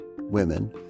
women